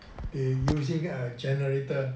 they using a generator